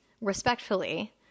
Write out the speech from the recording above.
respectfully